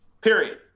period